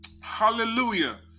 hallelujah